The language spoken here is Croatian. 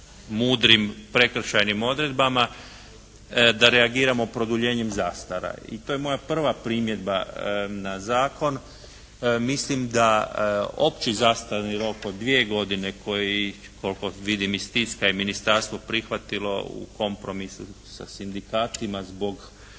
mudrim prekršajnim odredbama da reagiramo produljenjem zastara i to je moja prva primjedba na zakon. Mislim da opći zastarni rok od dvije godine koji koliko vidim iz tiska je ministarstvo prihvatilo u kompromisu sa sindikatima zbog